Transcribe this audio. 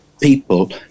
people